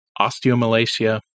osteomalacia